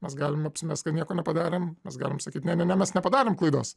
mes galim apsimest kad nieko nepadarėm mes galime sakyt ne ne ne mes nepadarėm klaidos